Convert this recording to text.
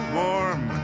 warm